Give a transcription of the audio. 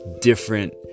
Different